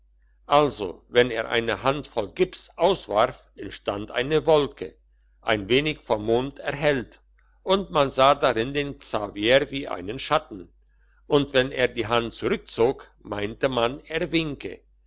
also wenn er eine handvoll gips auswarf entstand die wolke ein wenig vom mond erhellt und man sah darin den xaveri wie einen schatten und wenn er die hand zurückzog meinte man er